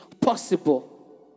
possible